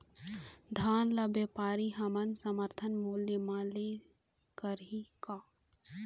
धान ला व्यापारी हमन समर्थन मूल्य म ले सकही का?